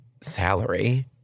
salary